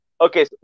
Okay